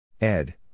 Ed